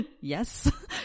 Yes